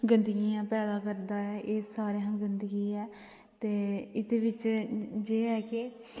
गंदगियां पैदा करदा ऐ एह् सारे कशा गंदगी ऐ ते एहदे बिच्च जे ऐ कि